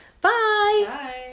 bye